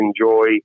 enjoy